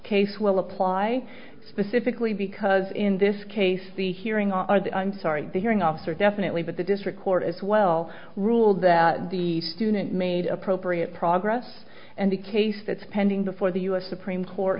case will apply specifically because in this case the hearing are the i'm sorry the hearing officer definitely but the district court as well ruled that the student made appropriate progress and the case that's pending before the u s supreme court